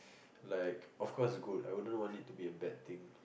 like of course good I wouldn't want it to be a bad thing